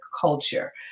culture